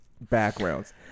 backgrounds